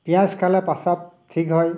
পিঁয়াজ খালে পাচাব ঠিক হয়